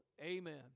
Amen